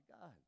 God